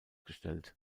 gestellt